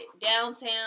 downtown